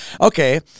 okay